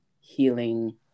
healing